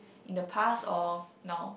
in the past or now